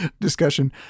discussion